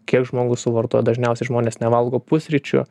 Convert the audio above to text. kiek žmogus suvartoja dažniausiai žmonės nevalgo pusryčių